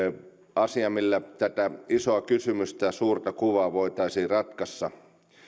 asioista millä tätä isoa kysymystä suurta kuvaa voitaisiin ratkaista